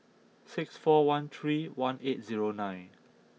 six four one three one eight zero nine